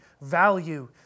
value